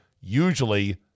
usually